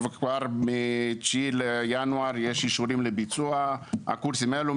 וכבר מה-9 בינואר יש אישורים לביצוע הקורסים האלו.